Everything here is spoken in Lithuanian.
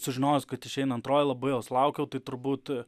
sužinojęs kad išeina antroji labai jos laukiau tai turbūt